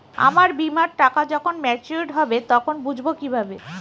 আমার বীমার টাকা যখন মেচিওড হবে তখন বুঝবো কিভাবে?